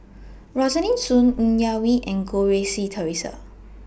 Rosaline Soon Ng Yak Whee and Goh Rui Si Theresa